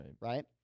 Right